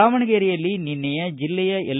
ದಾವಣಗೆರೆಯಲ್ಲಿ ನಿನ್ನೆ ಜಿಲ್ಲೆಯ ಎಲ್